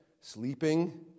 sleeping